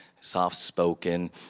soft-spoken